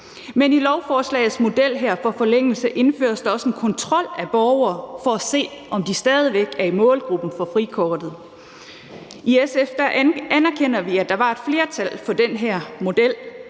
Men i lovforslagets model for forlængelse indføres der også en kontrol af borgere for at se, om de stadig væk er i målgruppen for frikortet. I SF anerkender vi, at der var et flertal for den her model,